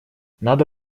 надо